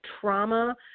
trauma